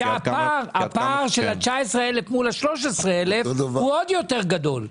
זאת אומרת שהפער של ה-19,000 מול ה-13,000 הוא עוד יותר גדול.